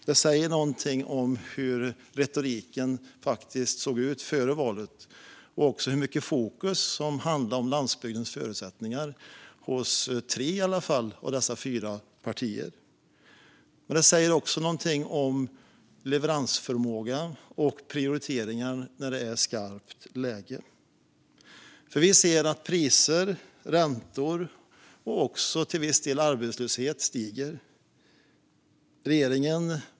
Det säger någonting om hur retoriken såg ut före valet och om hur mycket fokus som låg på landsbygdens förutsättningar hos i alla fall tre av dessa fyra partier. Det säger också någonting om leveransförmåga och prioriteringar när det är skarpt läge. Vi ser att priser, räntor och, till viss del, arbetslöshet stiger.